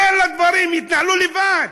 תן לדברים שיתנהלו לבד,